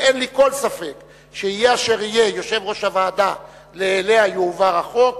שאין לי כל ספק שיהיה אשר יהיה יושב-ראש הוועדה שאליה יועבר החוק,